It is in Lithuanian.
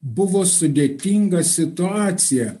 buvo sudėtinga situacija